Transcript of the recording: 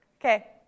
Okay